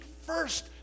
first